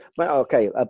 okay